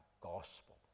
Gospel